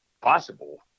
possible